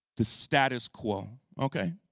the status quo, ok?